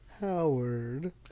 Howard